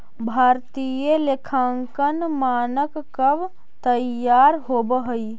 भारतीय लेखांकन मानक कब तईयार होब हई?